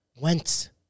went